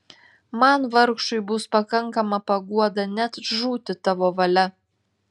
man vargšui bus pakankama paguoda net žūti tavo valia